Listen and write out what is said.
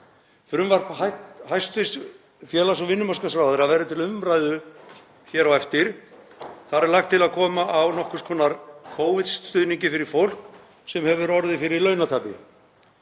Frumvarp hæstv. félags- og vinnumarkaðsráðherra verður til umræðu hér á eftir. Þar er lagt til að koma á nokkurs konar Covid-stuðningi fyrir fólk sem hefur orðið fyrir launatapi.